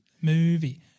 Movie